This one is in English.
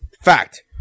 Fact